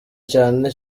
cyane